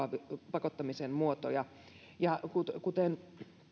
pakottamisen muotoja kuten kuten